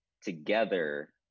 together